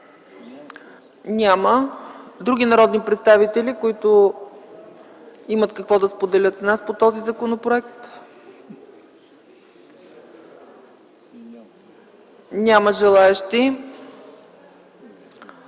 Няма. Други народни представители, които имат какво да споделят с нас по този законопроект? Няма желаещи.